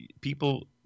people